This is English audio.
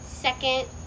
Second